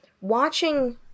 watching